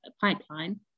pipeline